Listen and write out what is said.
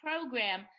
program